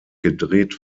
gedreht